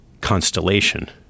Constellation